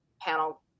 panel